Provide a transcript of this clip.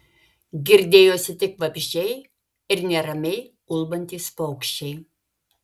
girdėjosi tik vabzdžiai ir neramiai ulbantys paukščiai